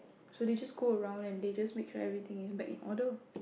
so they just go around and they just make sure everything is back in order